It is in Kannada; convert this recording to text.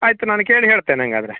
ಆಯಿತು ನಾನು ಕೇಳಿ ಹೇಳ್ತೇನೆ ಹಾಗಾದ್ರೆ